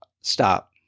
stop